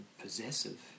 possessive